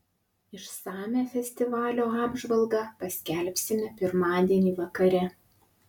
išsamią festivalio apžvalgą paskelbsime pirmadienį vakare